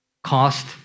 Cost